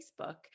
Facebook